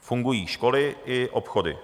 Fungují školy i obchody.